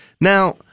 Now